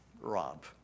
Rob